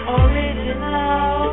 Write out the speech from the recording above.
original